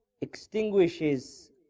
extinguishes